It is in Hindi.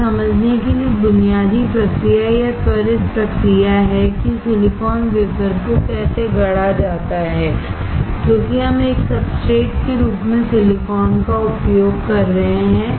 यह समझने के लिए बुनियादी प्रक्रिया या त्वरित प्रक्रिया है कि सिलिकॉन वेफर को कैसे गढ़ा जाता है क्योंकि हम एक सब्सट्रेट के रूप में सिलिकॉन का उपयोग कर रहे हैं